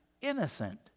innocent